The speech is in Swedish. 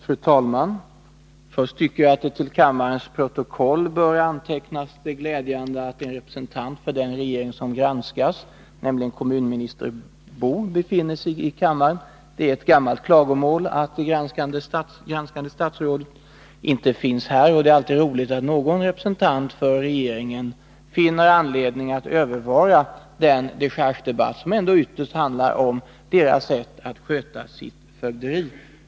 Fru talman! Först tycker jag att det glädjande faktum att en representant för den regering som skall granskas, nämligen kommunministern Karl Boo, nu befinner sig i kammaren bör antecknas till kammarens protokoll. Det är ju ett gammalt klagomål att statsråd som är föremål för granskning inte är närvarande, och därför är det roligt att en representant för regeringen finner anledning att övervara den dechargedebatt som ändå ytterst handlar om regeringens sätt att sköta sitt fögderi.